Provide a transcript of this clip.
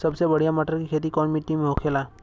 सबसे बढ़ियां मटर की खेती कवन मिट्टी में होखेला?